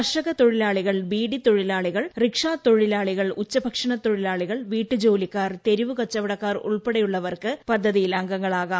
കർഷകത്തൊഴിലാളിക്കൾ ബീഡി തൊഴിലാളികൾ റിക്ഷാതൊഴിലാളികൾ ഉച്ചൂഭുക്ഷണ തൊഴിലാളികൾ വീട്ടുജോലിക്കാർ തെരുവ് കച്ചവടക്കാർ ഉൾപ്പെടെയുള്ളവർക്ക് പദ്ധതിയിൽ അംഗങ്ങളാകാം